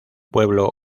pueblo